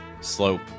slope